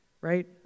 right